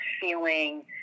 feeling